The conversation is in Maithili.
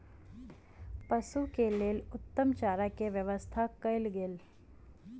पशु के लेल उत्तम चारा के व्यवस्था कयल गेल